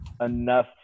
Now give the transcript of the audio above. enough